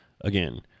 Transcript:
Again